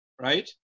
right